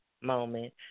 moment